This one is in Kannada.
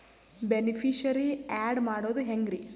ಬೆನಿಫಿಶರೀ, ಆ್ಯಡ್ ಮಾಡೋದು ಹೆಂಗ್ರಿ?